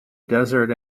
desert